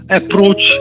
approach